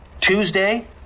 Tuesday